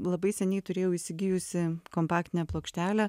labai seniai turėjau įsigijusi kompaktinę plokštelę